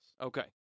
Okay